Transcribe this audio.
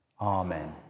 Amen